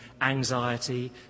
anxiety